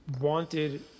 wanted